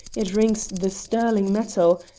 it rings the sterling metal.